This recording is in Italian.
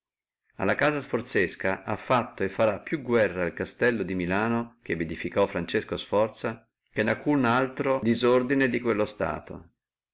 alla casa sforzesca ha fatto e farà più guerra el castello di milano che vi edificò francesco sforza che alcuno altro disordine di quello stato